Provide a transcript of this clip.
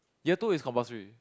year two is compulsory